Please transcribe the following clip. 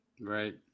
Right